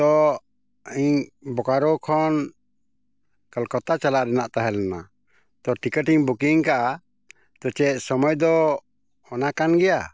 ᱛᱚ ᱤᱧ ᱵᱳᱠᱟᱨᱳ ᱠᱷᱚᱱ ᱠᱳᱞᱠᱟᱛᱟ ᱪᱟᱞᱟᱜ ᱨᱮᱱᱟᱜ ᱛᱟᱦᱮᱸ ᱞᱮᱱᱟ ᱛᱚ ᱴᱤᱠᱤᱴ ᱤᱧ ᱵᱩᱠᱤᱝ ᱠᱟᱜᱼᱟ ᱛᱚ ᱪᱮᱫ ᱥᱚᱢᱚᱭ ᱫᱚ ᱚᱱᱟ ᱠᱟᱱ ᱜᱮᱭᱟ